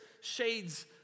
shades